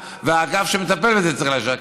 והאגף שמטפל בזה צריך לאשר.